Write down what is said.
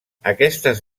aquestes